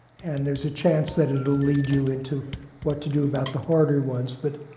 and there's a chance that it will lead you into what to do about the harder ones. but